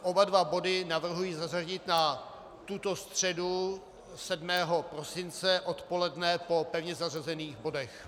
Oba dva body navrhuji zařadit na tuto středu 7. prosince odpoledne po pevně zařazených bodech.